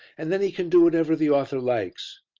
and then he can do whatever the author likes.